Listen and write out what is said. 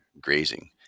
grazing